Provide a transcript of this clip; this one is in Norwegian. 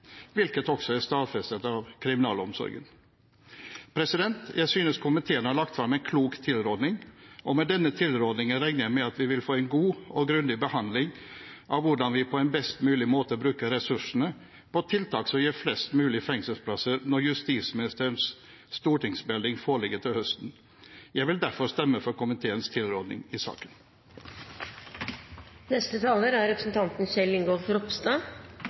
hvilket også er stadfestet av kriminalomsorgen. Jeg synes komiteen har lagt frem en klok tilråding, og med denne tilrådingen regner jeg med at vi vil få en god og grundig behandling av hvordan vi på en best mulig måte bruker ressursene på tiltak som gir flest mulig fengselsplasser når justisministerens stortingsmelding foreligger til høsten. Jeg vil derfor stemme for komiteens tilråding i saken.